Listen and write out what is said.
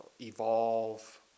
evolve